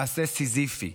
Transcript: מעשה סיזיפי.